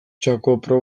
helduentzako